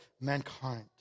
mankind